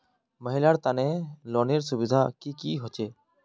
महिलार तने लोनेर सुविधा की की होचे?